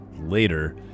later